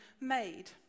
made